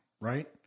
right